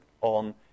on